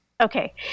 Okay